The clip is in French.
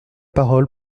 parole